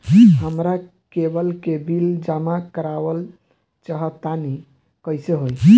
हमरा केबल के बिल जमा करावल चहा तनि कइसे होई?